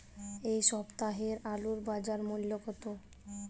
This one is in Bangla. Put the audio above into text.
এ সপ্তাহের আলুর বাজার মূল্য কত?